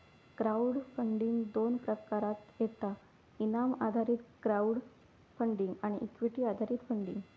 crowd funding दोन प्रकारात येता इनाम आधारित क्राउड फंडिंग आणि इक्विटी आधारित फंडिंग